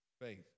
Faith